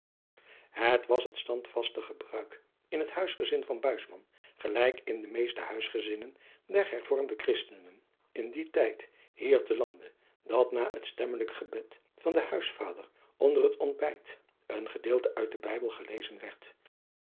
het was het standvastig gebruik in het huisgezin van buisman gelijk in de meeste huisgezinnen der hervormde christenen in dien tijd hier te lande dat na het stemmelijk gebed van den huisvader onder het ontbijt een gedeelte uit den bijbel gelezen werd